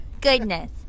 goodness